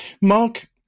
Mark